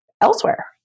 elsewhere